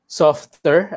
softer